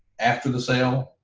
after the sale,